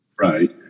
Right